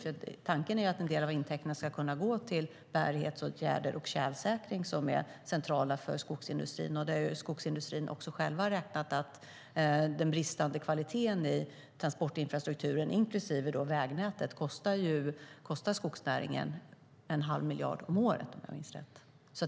Tanken är nämligen att en del av intäkterna ska gå till bärighetsåtgärder och tjälsäkring som är centrala för skogsindustrin. Skogsindustrin har också själv räknat på att den bristande kvaliteten i transportinfrastrukturen, inklusive vägnätet, kostar skogsnäringen en halv miljard om året, om jag minns rätt.